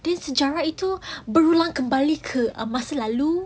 dan sejarah itu berulang kembali ke masa lalu